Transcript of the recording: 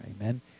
Amen